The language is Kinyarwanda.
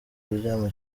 kuryama